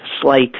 slight